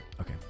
Okay